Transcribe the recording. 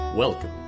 Welcome